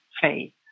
faith